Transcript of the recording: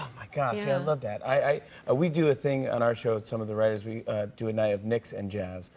my gosh. i love that. ah we do a thing on our show, some of the writers, we do a night of knicks and jazz,